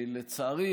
לצערי,